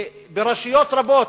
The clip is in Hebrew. ברשויות רבות,